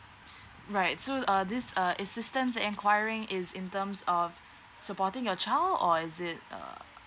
right so err this err assistant enquiring is in terms of supporting your child or is it err